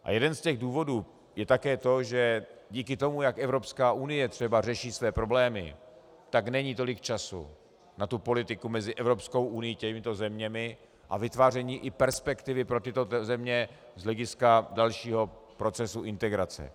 A jeden z těch důvodů je také to, že díky tomu, jak Evropská unie třeba řeší své problémy, tak není tolik času na politiku mezi Evropskou unií a těmito zeměmi a vytváření i perspektivy pro tyto země z hlediska dalšího procesu integrace.